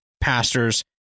pastors